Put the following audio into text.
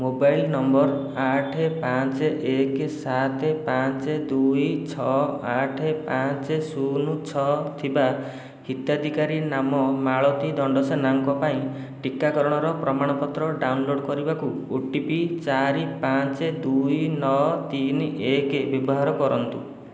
mobile number ଆଠ ପାଞ୍ଚ ଏକ ସାତ ପାଞ୍ଚ ଦୁଇ ଛଅ ଆଠ ପାଞ୍ଚ ଶୂନ ଛଅ ଥିବା ହିତାଧିକାରୀ ନାମ ମାଳତୀ ଦଣ୍ଡସେନାଙ୍କ ପାଇଁ ଟିକାକରଣର ପ୍ରମାଣପତ୍ର ଡାଉନଲୋଡ଼୍ କରିବାକୁ ଓ ଟି ପି ଚାରି ପାଞ୍ଚ ଦୁଇ ନଅ ତିନି ଏକ ବ୍ୟବହାର କରନ୍ତୁ